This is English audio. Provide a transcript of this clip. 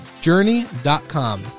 journey.com